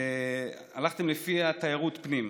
שהלכתם לפי תיירות הפנים.